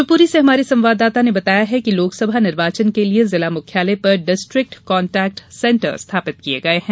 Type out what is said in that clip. शिवपुरी से हमारे संवाददाता ने बताया है कि लोकसभा निर्वाचन के लिए जिला मुख्यालय पर डिस्ट्रिक्ट कान्टेक्ट सेंटर स्थापित किया गया है